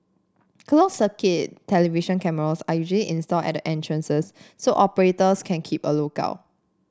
closed circuit television cameras are usually installed at the entrances so operators can keep a look out